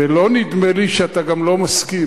ולא נדמה לי שאתה גם לא מסכים.